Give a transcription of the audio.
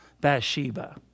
Bathsheba